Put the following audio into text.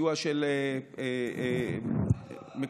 אדרבה,